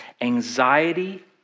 anxiety